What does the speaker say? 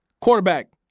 Quarterback